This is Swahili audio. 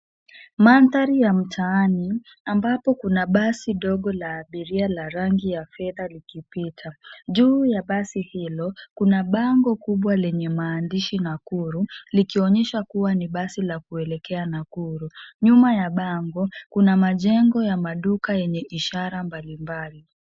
Mandhari ya mtaani ambapo kuna basi ndogo la abiria la rangi ya fedha likipita. Juu ya basi hilo kuna bango kubwa lenye maandishi Nakuru likionyesha kuwa ni basi la kuelekea Nakuru. Nyuma ya bango kuna majengo ya maduka yenye ishara mbalimbali.